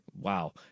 Wow